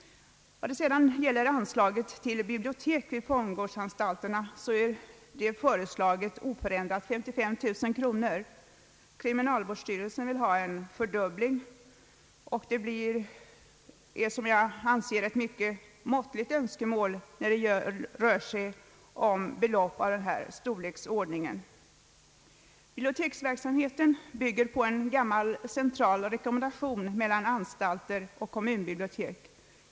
När det sedan gäller anslaget till bibliotek vid fångvårdsanstalterna föreslås oförändrat 55000 kronor. Kriminalvårdsstyrelsen vill ha en fördubbling, och detta är enligt min mening ett mycket måttligt önskemål när det rör sig om belopp av denna storleksordning. Biblioteksverksamheten bygger på en gammal central rekommendation mellan anstalter och kommunbibliotek.